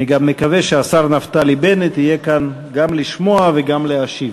אני מקווה גם שהשר נפתלי בנט יהיה כאן גם לשמוע וגם להשיב.